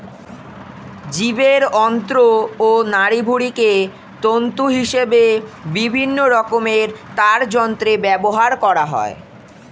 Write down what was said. জীবের অন্ত্র ও নাড়িভুঁড়িকে তন্তু হিসেবে বিভিন্ন রকমের তারযন্ত্রে ব্যবহার করা হয়